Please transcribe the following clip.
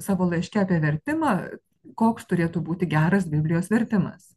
savo laiške apie vertimą koks turėtų būti geras biblijos vertimas